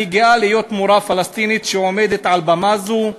אני גאה להיות מורה פלסטינית שעומדת על במה זו.